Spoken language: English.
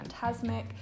Fantasmic